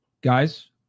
Guys